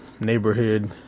neighborhood